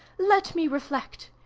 let me reflect!